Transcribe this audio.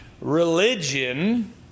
religion